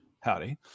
Howdy